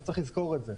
אז צריך לזכור את זה.